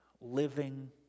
living